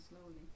slowly